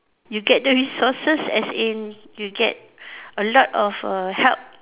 you get the resources as in you get a lot of err help